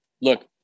look